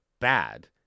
bad